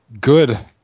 good